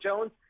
jones